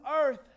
earth